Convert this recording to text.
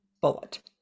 bullet